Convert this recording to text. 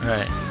Right